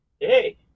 Hey